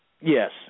Yes